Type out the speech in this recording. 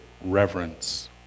Reverence